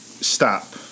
Stop